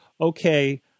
okay